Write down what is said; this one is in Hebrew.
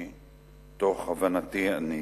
מתוך הבנתי שלי.